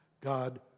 God